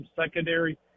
secondary